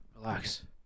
relax